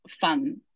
fun